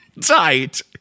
tight